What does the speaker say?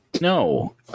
no